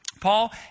Paul